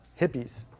hippies